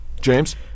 James